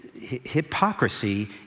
hypocrisy